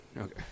Okay